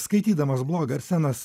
skaitydamas blogą arsenas